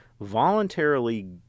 voluntarily